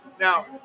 Now